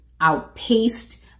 outpaced